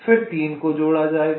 फिर 3 को जोड़ा जाएगा